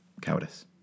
cowardice